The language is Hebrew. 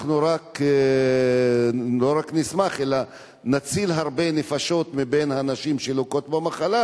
אנחנו לא רק נשמח אלא נציל הרבה נפשות מבין הנשים שלוקות במחלה,